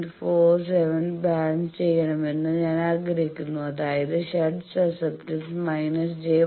47 balance ചെയ്യണമെന്ന് ഞാൻ ആഗ്രഹിക്കുന്നു അതായത് ഷണ്ട് സസ്സെപ്റ്റൻസ് j 1